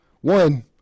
one